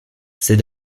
ces